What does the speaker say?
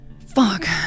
Fuck